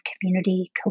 community